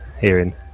hearing